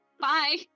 Bye